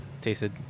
tasted